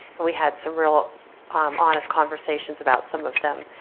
and we had some real honest conversations about some of them.